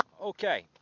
Okay